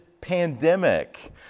pandemic